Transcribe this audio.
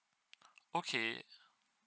okay